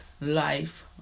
Life